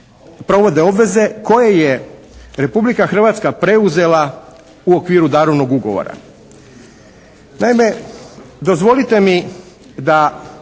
provode obveze koje je Republika Hrvatska preuzela u okviru darovnog ugovora. Naime, dozvolite mi da